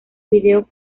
video